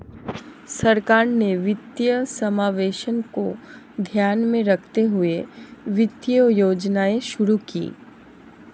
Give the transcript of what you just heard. सरकार ने वित्तीय समावेशन को ध्यान में रखते हुए वित्तीय योजनाएं शुरू कीं